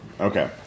Okay